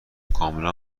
کاملا